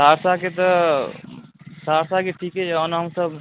सहरसाके तऽ सहरसाके ठीके यऽ ओना हमसब